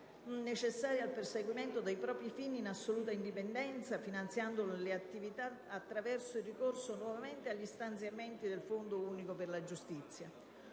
necessaria al perseguimento dei propri fini in assoluta indipendenza, finanziandone nuovamente le attività attraverso il ricorso agli stanziamenti del Fondo unico per la giustizia.